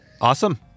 Awesome